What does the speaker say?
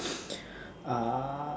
uh